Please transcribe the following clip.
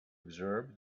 observe